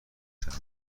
چرمی